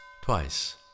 Twice